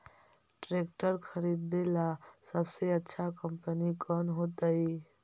Tractor खरीदेला सबसे अच्छा कंपनी कौन होतई?